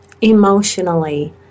emotionally